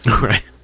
Right